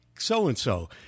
so-and-so